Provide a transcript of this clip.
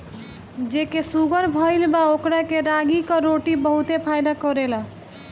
जेके शुगर भईल बा ओकरा के रागी कअ रोटी बहुते फायदा करेला